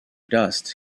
dust